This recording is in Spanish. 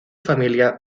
familia